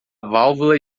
válvula